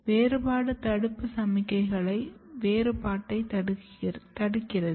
வேறுபாடு தடுப்பு சமிக்ஞைகளை வேறுபாட்டை தடுக்கிறது